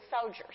soldiers